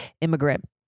immigrant